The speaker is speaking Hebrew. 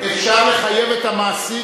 אפשר לחייב את המעסיק,